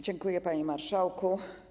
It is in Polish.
Dziękuję, panie marszałku.